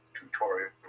tutorial